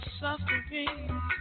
suffering